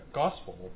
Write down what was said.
gospel